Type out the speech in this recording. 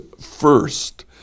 first